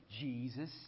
Jesus